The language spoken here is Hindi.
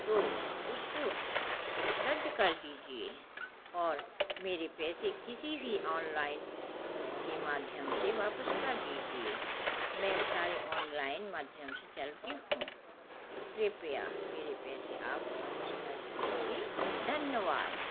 तो उसको रद्द कर दीजिए और मेरे पैसे किसी भी ऑनलाइन के माध्यम से वापस कर दीजिए मैं सारे ऑनलाइन माध्यम से चलती हूँ कृपया मेरे पैसे आप वापस कर दीजिए धन्यवाद